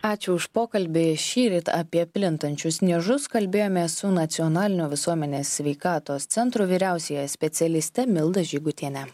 ačiū už pokalbį šįryt apie plintančius niežus kalbėjome su nacionalinio visuomenės sveikatos centro vyriausiąja specialiste milda žygutiene